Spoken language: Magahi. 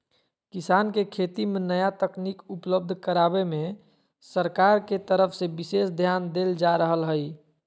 किसान के खेती मे नया तकनीक उपलब्ध करावे मे सरकार के तरफ से विशेष ध्यान देल जा रहल हई